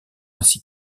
ainsi